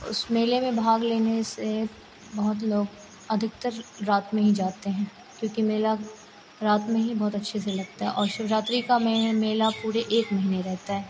उस मेले में भाग लेने से बहुत लोग अधिकतर रात में ही जाते हैं क्योंकि मेला रात में ही बहुत अच्छे से लगता है और शिवरात्रि का मेला पूरे एक महीने रहता है